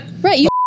Right